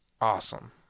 awesome